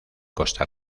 costa